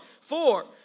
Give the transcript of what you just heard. Four